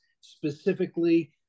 specifically